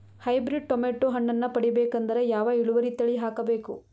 Hybrid tomato ಹಣ್ಣನ್ನ ಪಡಿಬೇಕಂದರ ಯಾವ ಇಳುವರಿ ತಳಿ ಹಾಕಬೇಕು?